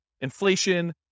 inflation